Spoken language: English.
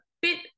bit